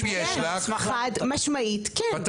כן, חד משמעית כן.